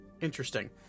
interesting